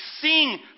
sing